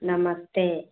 नमस्ते